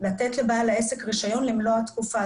לתת לבעל העסק רישיון למלוא התקופה.